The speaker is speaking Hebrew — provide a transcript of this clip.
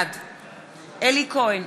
בעד אלי כהן,